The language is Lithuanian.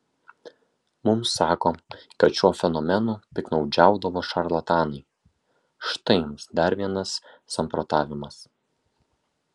mums sako kad šiuo fenomenu piktnaudžiaudavo šarlatanai štai jums dar vienas samprotavimas